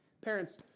Parents